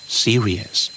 serious